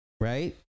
right